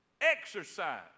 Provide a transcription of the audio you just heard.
Exercise